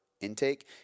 Intake